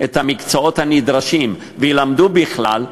את המקצועות הנדרשים וילמדו בכלל,